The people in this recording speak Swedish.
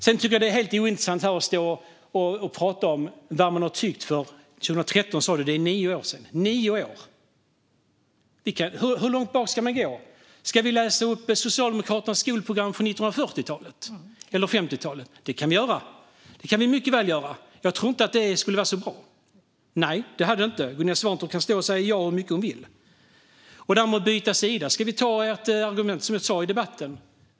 Jag tycker att det är helt ointressant att stå här och prata om vad man tyckte 2013. Det är nio år sedan - nio! Hur långt tillbaka ska man gå? Ska vi läsa upp Socialdemokraternas skolprogram från 1940-talet eller 1950-talet? : Ja.) Det kan vi mycket väl göra, men jag tror inte att det skulle vara så bra. Gunilla Svantorp kan stå och säga ja hur mycket hon vill. Och när det gäller att byta sida kan vi ta argument från 1997, som jag nämnde i debatten.